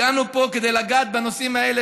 הגענו לפה כדי לגעת בנושאים האלה,